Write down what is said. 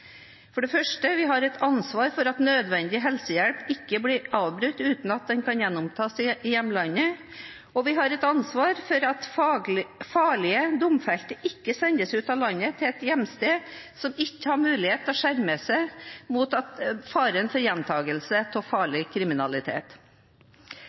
For det første: Vi har et ansvar for at nødvendig helsehjelp ikke blir avbrutt uten at den kan gjenopptas i hjemlandet. For det andre: Vi har et ansvar for at farlige domfelte ikke sendes ut av landet til et hjemsted som ikke har muligheter for å skjerme seg mot gjentakelse av farlig kriminalitet.